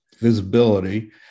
visibility